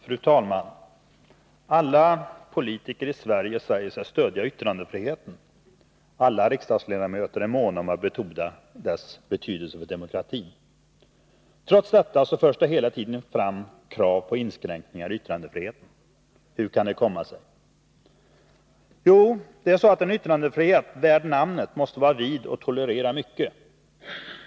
Fru talman! Alla politiker i Sverige säger sig stödja yttrandefriheten. Alla riksdagsmän är måna om att betona dess betydelse för demokratin. Trots detta förs hela tiden fram krav på inskränkningar i yttrandefriheten. Hur kan detta komma sig? Jo, det är så att en yttrandefrihet värd namnet måste vara vid och tolerera mycket.